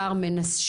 שער מנשה